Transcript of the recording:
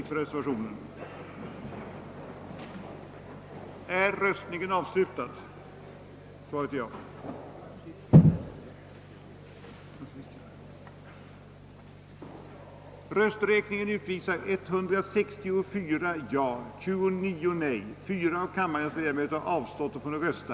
En tidigare generation kan i god tro ha undertecknat ett avtal som för arvtagarna kan vara besvärligt att fullfölja och där en för båda parterna bättre lösning kunde åstadkommas genom förhandlingar. Sådana uppgörelser tycks ha försvårats av bristande tillmötesgående från militär sida.